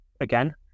again